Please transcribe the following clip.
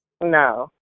No